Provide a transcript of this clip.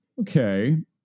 Okay